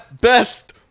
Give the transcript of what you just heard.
best